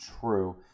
true